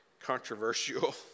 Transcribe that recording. controversial